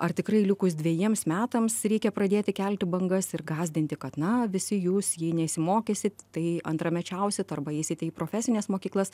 ar tikrai likus dvejiems metams reikia pradėti kelti bangas ir gąsdinti kad na visi jūs jei nesimokysit tai antramečiausit arba eisite į profesines mokyklas